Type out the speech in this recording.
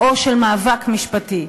או של מאבק משפטי,